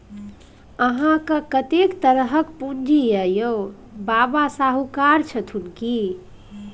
अहाँकेँ कतेक तरहक पूंजी यै यौ? बाबा शाहुकार छथुन की?